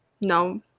No